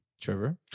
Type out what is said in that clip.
Trevor